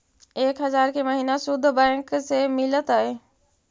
एक हजार के महिना शुद्ध बैंक से मिल तय?